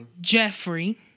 Jeffrey